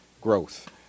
growth